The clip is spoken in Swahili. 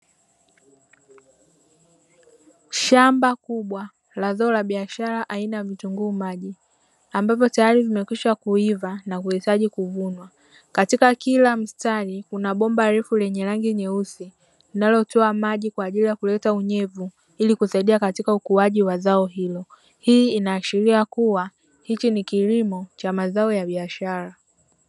Shamba kubwa la zao la biashara aina ya vitunguu maji, ambavyo tayari vimekwisha kuiva na kuhitaji kuvuna. Katika kila mstari kuna bomba refu lenye rangi nyeusi linalotoa maji kwa ajili ya kuleta unyevu ili kusaidia katika ukuaji wa zao hilo. Hii inaashiria kuwa hiki ni kilimo cha mazao ya biashara.